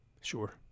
Sure